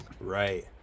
right